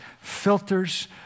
filters